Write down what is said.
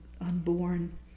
unborn